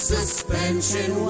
Suspension